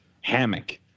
hammock